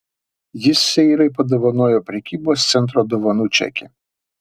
jis seirai padovanojo prekybos centro dovanų čekį